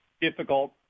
difficult